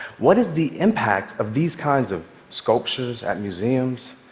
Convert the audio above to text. what is the impact of these kinds of sculptures at museums?